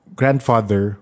grandfather